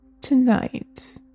tonight